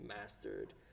mastered